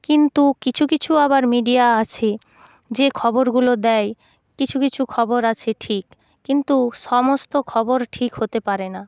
কিন্তু কিছু কিছু আবার মিডিয়া আছে যে খবরগুলো দেয় কিছু কিছু খবর আছে ঠিক কিন্তু সমস্ত খবর ঠিক হতে পারে না